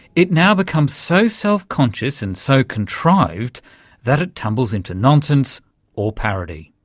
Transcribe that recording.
it now becomes so self-conscious and so contrived that it tumbles into nonsense or parody.